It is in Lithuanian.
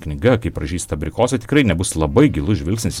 knyga kaip pražysta abrikosai tikrai nebus labai gilus žvilgsnis